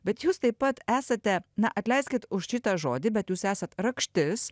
bet jūs taip pat esate na atleiskit už šitą žodį bet jūs esat rakštis